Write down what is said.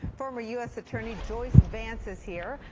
former u s. attorney joyce vance is here.